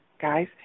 guys